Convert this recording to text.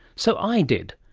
so i did,